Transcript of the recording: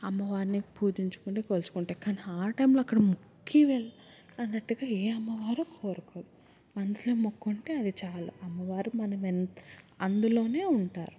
అమ్మవారిని పూజించుకొని కొల్చుకుంటే కానీ ఆ టైంలో అక్కడ మొక్కి వెళ్ళాలి అన్నట్టుగా ఏ అమ్మవారు కోరుకోదు మనసులో మొక్కుకుంటే అది చాలు అమ్మవారు మనం ఎంత అందులోనే ఉంటారు